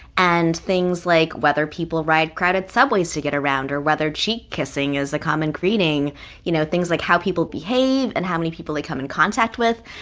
and things like whether people ride crowded subways to get around or whether cheek kissing is a common greeting you know, things like how people behave and how many people they come in contact with,